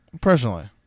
personally